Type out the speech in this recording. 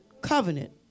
Covenant